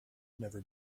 never